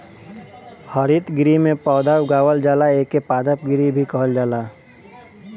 हरितगृह में पौधा उगावल जाला एके पादप गृह भी कहल जाला